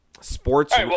Sports